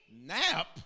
Nap